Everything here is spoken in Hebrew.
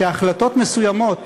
שהחלטות מסוימות,